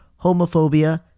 homophobia